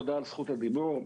תודה על זכות הדיבור,